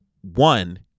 one